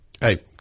hey